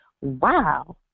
wow